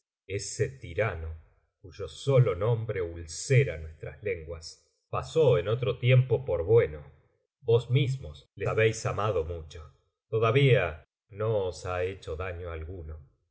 ese tirano cuyo sólo nombre ulcera nuestras lenguas pasó en otro tiempo por bueno vos mismos le habéis amado mucho todavía no os ha hecho daño alguno